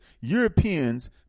Europeans